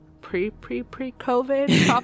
Pre-pre-pre-COVID